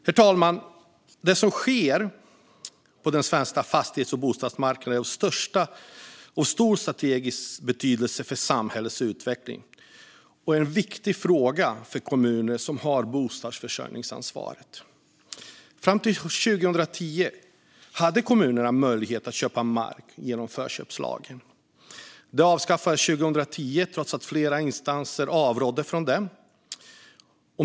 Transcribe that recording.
Herr talman! Det som sker på den svenska fastighets och bostadsmarknaden är av stor strategisk betydelse för samhällets utveckling och en viktig fråga för kommunerna, som har bostadsförsörjningsansvaret. Fram till 2010 hade kommunerna möjlighet att köpa mark genom förköpslagen. Den avskaffades 2010 trots att flera instanser avrådde från det.